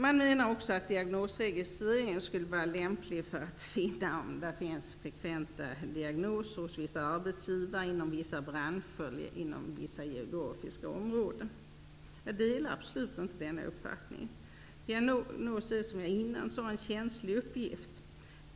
Man menar också att diagnosregistrering skulle vara lämplig för att undersöka om det görs frekventa diagnoser hos vissa arbetsgivare, i vissa branscher eller i vissa geografiska områden. Jag delar absolut inte den uppfattningen. Det är fråga om, som jag tidigare sade, känsliga uppgifter.